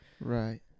Right